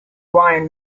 wine